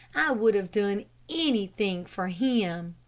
i would have done anything for him.